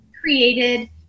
created